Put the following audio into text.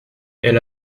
elle